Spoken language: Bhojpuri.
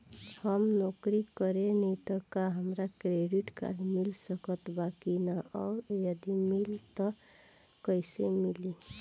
हम नौकरी करेनी त का हमरा क्रेडिट कार्ड मिल सकत बा की न और यदि मिली त कैसे मिली?